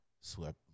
swept